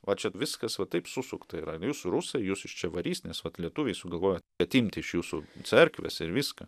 o čia viskas va taip susukta yra jūs rusai jus iš čia varys nes vat lietuviai sugalvojo atimti iš jūsų cerkves ir viską